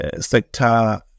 sector